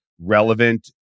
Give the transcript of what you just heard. relevant